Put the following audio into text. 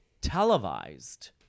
televised